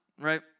right